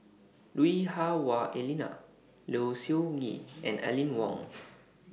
Lui Hah Wah Elena Low Siew Nghee and Aline Wong